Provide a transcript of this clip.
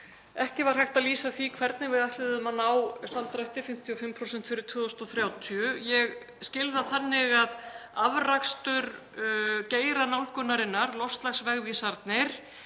ekki var hægt að lýsa því hvernig við ætluðum að ná 55% samdrætti fyrir 2030. Ég skil það þannig að afrakstur geiranálgunarinnar, loftslagsvegvísarnir,